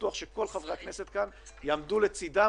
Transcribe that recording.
בטוח שכל חברי הכנסת כאן יעמדו לצידכם